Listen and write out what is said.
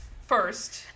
first